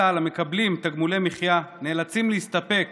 נכי צה"ל המקבלים תגמולי מחיה נאלצים להסתפק